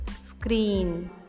screen